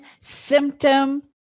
symptom